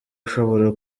ushobora